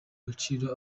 agaciro